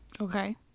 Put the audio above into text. Okay